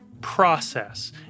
process